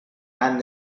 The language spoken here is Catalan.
han